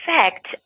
effect